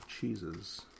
cheeses